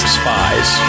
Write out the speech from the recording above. spies